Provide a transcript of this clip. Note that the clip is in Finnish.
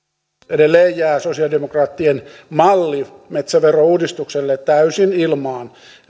edelleen jää sosialidemokraattien malli metsäverouudistukselle täysin ilmaan